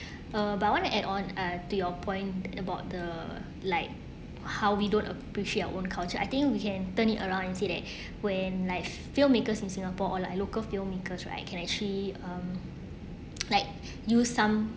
uh but I want to add on uh to your point about the like how we don't appreciate our own culture I think we can turn it around and say that when life filmmakers in singapore or like local filmmakers right you can actually um like use some